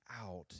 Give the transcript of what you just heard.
out